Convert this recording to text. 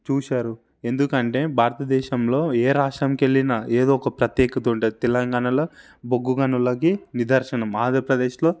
చూసారు ఎందుకంటే భారతదేశంలో ఏ రాష్ట్రానికి వెళ్ళినా ఏదో ఒక ప్రత్యేకత ఉంటుంది తెలంగాణలో బొగ్గు గనులకి నిదర్శనం ఆంధ్రప్రదేశ్లో